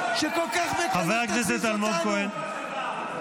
שכל כך בקלות תזיז אותנו?